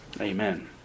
Amen